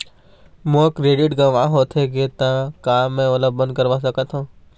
मोर credit गंवा होथे गे ता का मैं ओला बंद करवा सकथों?